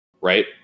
Right